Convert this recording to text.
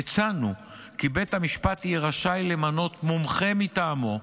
הצענו כי בית המשפט יהיה רשאי למנות מומחה מטעמו,